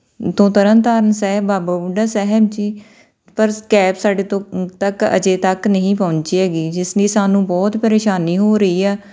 ਤੋਂ ਤਰਨ ਤਾਰਨ ਸਾਹਿਬ ਬਾਬਾ ਬੁੱਢਾ ਸਾਹਿਬ ਜੀ ਪਰ ਕੈਬ ਸਾਡੇ ਤੋਂ ਤੱਕ ਅਜੇ ਤੱਕ ਨਹੀਂ ਪਹੁੰਚੀ ਹੈਗੀ ਜਿਸ ਲਈ ਸਾਨੂੰ ਬਹੁਤ ਪਰੇਸ਼ਾਨੀ ਹੋ ਰਹੀ ਆ